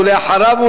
ואחריו,